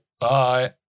Bye